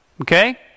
Okay